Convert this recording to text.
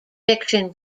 fiction